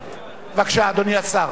בבקשה, אדוני השר.